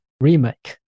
Remake